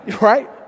right